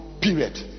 period